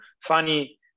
funny